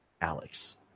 alex